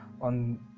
on